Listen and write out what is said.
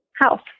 health